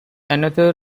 another